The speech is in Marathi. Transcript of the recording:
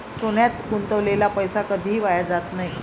सोन्यात गुंतवलेला पैसा कधीही वाया जात नाही